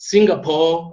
Singapore